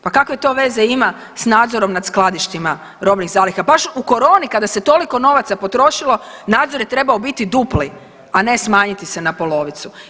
Pa kakve to veze ima s nadzorom nad skladištima robnih zaliha, baš u koroni kada se toliko novaca potrošilo nadzor je trebao biti dupli, a ne smanjiti se na polovicu.